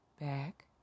back